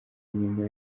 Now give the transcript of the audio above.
nyuma